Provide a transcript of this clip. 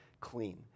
clean